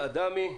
אדמי,